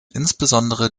insbesondere